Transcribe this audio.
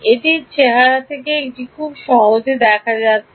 এটির চেহারা থেকে এটি খুব সহজ দেখাচ্ছে না